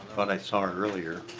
but i saw her earlier.